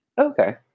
Okay